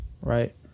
right